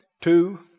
two